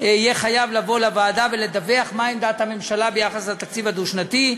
יהיה חייב לבוא לוועדה ולדווח מה עמדת הממשלה ביחס לתקציב הדו-שנתי.